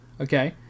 Okay